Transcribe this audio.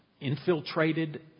infiltrated